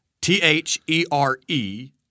T-H-E-R-E